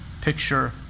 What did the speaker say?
picture